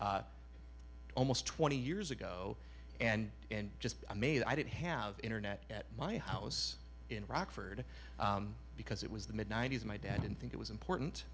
almost twenty years ago and and just amazed i didn't have internet at my house in rockford because it was the mid ninety's my dad didn't think it was important